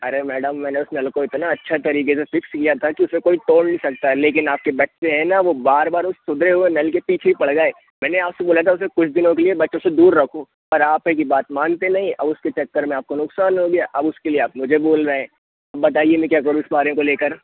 अरे मैडम मैंने उस नल को इतना अच्छा तरीके से फिक्स किया था कि उसे कोई तोड़ नहीं सकता लेकिन आपके बच्चे हैं ना वो बार बार उस सुधरे हुए नल के पीछे ही पड़ गए मैंने आपसे बोला था उसे कुछ दिनों के लिए बच्चों से दूर रखो पर आप हैं की बात मानते नहीं और उसके चक्कर में आपको नुकसान हो गया अब उसके लिए आप मुझे बोल रहे हैं बताइए मैं क्या करूं इस कार्य को लेकर